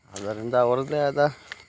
ಅದರಿಂದ ಅವರದೇ ಆದ